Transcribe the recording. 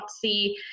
see